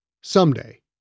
Someday